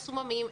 מסוממים,